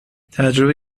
تجربه